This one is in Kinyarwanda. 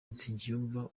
nsengiyumva